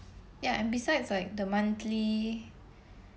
ya and besides like the monthly